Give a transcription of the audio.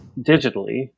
digitally